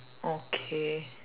okay